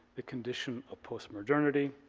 the condition of postmodernity,